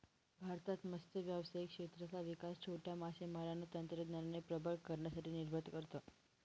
भारतात मत्स्य व्यावसायिक क्षेत्राचा विकास छोट्या मासेमारांना तंत्रज्ञानाने प्रबळ करण्यासाठी निर्भर करत